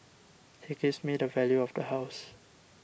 he gives me the value of the house